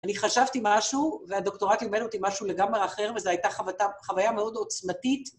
אני חשבתי משהו והדוקטורט לימד אותי משהו לגמרי אחר וזו הייתה חוויה מאוד עוצמתית.